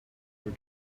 were